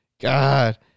God